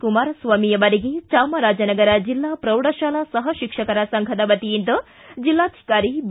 ಕುಮಾರಸ್ವಾಮಿ ಅವರಿಗೆ ಚಾಮರಾಜನಗರ ಜಿಲ್ಲಾ ಪ್ರೌಢಶಾಲಾ ಸಹ ಶಿಕ್ಷಕರ ಸಂಘದ ವತಿಯಿಂದ ಜಿಲ್ಲಾಧಿಕಾರಿ ಬಿ